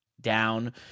down